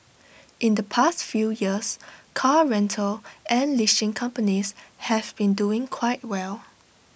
in the past few years car rental and leasing companies have been doing quite well